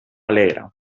alegre